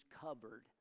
covered